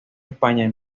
españa